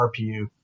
RPU